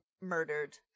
murdered